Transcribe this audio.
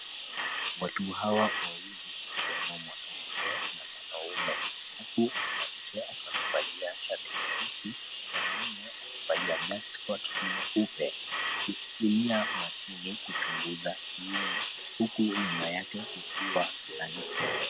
Watu Hawa wawili ikiwemo mwanamke na mwanaume huku mwanamke akivalia shati nyeusi mwanaume akivalia dust coat nyeupe akitumia mashine kutafta kiini huku nyuma yake kukiwa na.